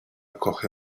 coge